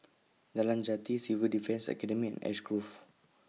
Nalan Jati Civil Defence Academy Ash Grove